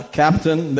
captain